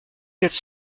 quatre